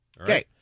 Okay